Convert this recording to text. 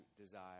desire